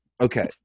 Okay